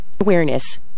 Awareness